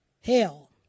Hell